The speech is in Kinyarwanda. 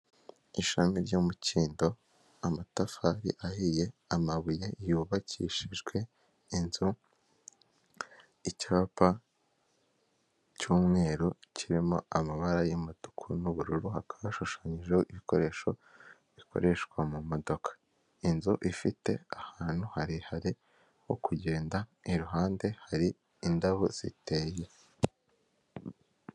Ishami ry'umukindo, amatafari ahiye, amabuye yubakishijwe inzu, icyapa cy'umweru kirimo amabara y'umutuku n'ubururu hakaba hashushanyijeho ibikoresho bikoreshwa mu modoka, inzu ifite ahantu harehare ho kugenda, iruhande hari indabo ziteye.